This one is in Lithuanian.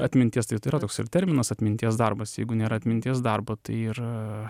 atminties tai yra toks ir terminas atminties darbas jeigu nėra atminties darbo tai ir